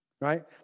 right